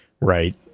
right